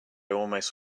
almost